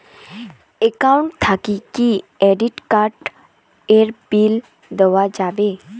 Account থাকি কি credit card এর বিল দেওয়া যাবে?